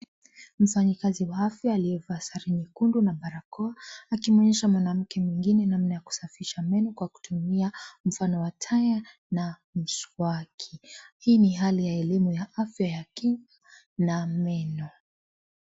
Mfanyikazi wa afya aliyevaa sare nyekundu na barakoa. Akimuonyesha mwanamke mwingine namna ya kusafisha meno kwa kutumia mfano wa taya na mswaki. Hii ni hali ya elimu ya afya ya kinywa na meno.